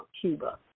Cuba